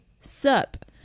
sup